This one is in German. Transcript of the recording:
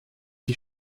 die